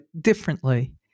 differently